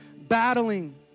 battling